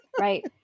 Right